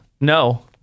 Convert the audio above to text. No